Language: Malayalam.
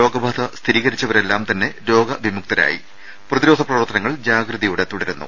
രോഗബാധ സ്ഥിരീകരിച്ചവരെല്ലാം തന്നെ രോഗവിമുക്തരായ പ്രതിരോധ പ്രവർത്തനങ്ങൾ ജാഗ്രതയോടെ തുടരുന്നു